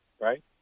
right